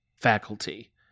faculty